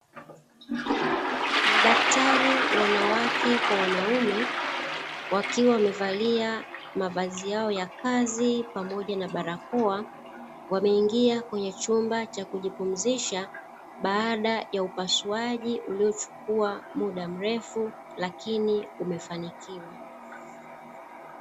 Madaktari wanawake kwa wanaume, wakiwa wamevalia mavazi yao ya kazi pamoja na barakoa, wameingia kwenye chumba cha kujipumzisha, baada ya upasuaji uliochukua muda mrefu lakini umefanikiwa.